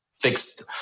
fixed